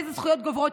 אילו זכויות גוברות.